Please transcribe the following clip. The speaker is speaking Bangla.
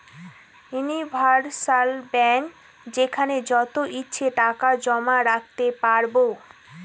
ইউনিভার্সাল ব্যাঙ্ক যেখানে যত ইচ্ছে টাকা জমা রাখতে পারবো